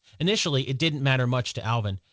initially, it didn't matter much to alvin.